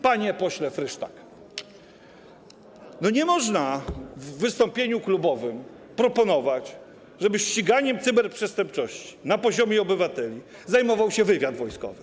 Panie pośle Frysztak, nie można w wystąpieniu klubowym proponować, żeby ściganiem cyberprzestępczości na poziomie obywateli zajmował się wywiad wojskowy.